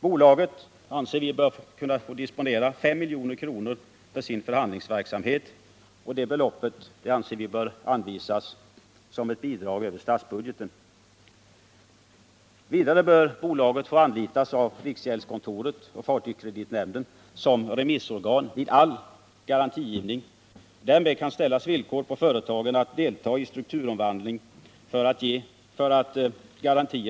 Bolaget bör enligt vår åsikt få disponera 5 milj.kr. för sin förhandlingsverksamhet, vilket belopp bör anvisas som bidrag över statsbudgeten. Vidare bör bolaget vid all garantigivning få anlitas av riksgäldskontoret och fartygskreditnämnden. Här kan för beviljande av garantier ställas som villkor att företagen deltar i strukturomvandling.